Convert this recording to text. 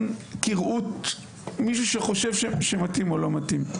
כראות מישהו שחושב שמתאים או לא מתאים.